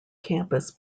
campus